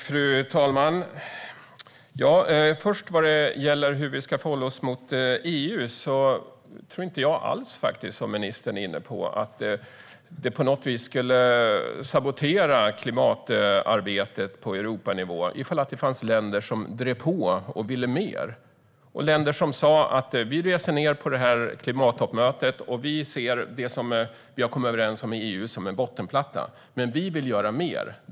Fru talman! Vad gäller hur vi ska förhålla oss gentemot EU tror jag inte alls som ministern var inne på att det på något vis skulle sabotera klimatarbetet på Europanivå ifall det fanns länder som drev på och ville mer, länder som reste till klimattoppmötet och sa: Vi ser det som vi har kommit överens om i EU som en bottenplatta, men vi vill göra mer.